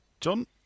John